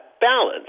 balance